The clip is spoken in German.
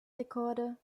rekorde